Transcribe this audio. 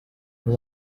aho